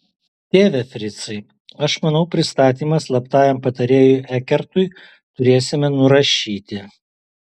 tėve fricai aš manau pristatymą slaptajam patarėjui ekertui turėsime nurašyti